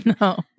no